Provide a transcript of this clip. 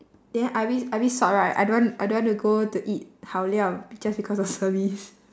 then I bit I bit sot right I don't want I don't want to go to eat 好料 just because of service